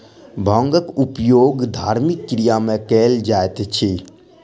भांगक उपयोग धार्मिक क्रिया में कयल जाइत अछि